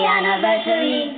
Anniversary